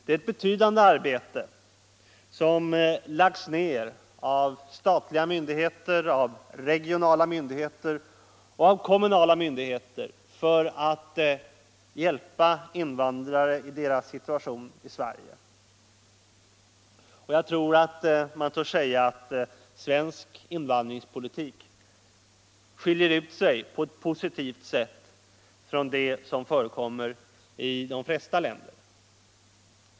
Ett betydande arbete har lagts ned av statliga, regionala och kommunala myndigheter för att hjälpa invandrarna i deras situation i Sverige. Jag tror man får säga att svensk invandringspolitik på ett positivt sätt skiljer sig från vad som förekommer i de flesta länder.